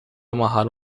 amarrar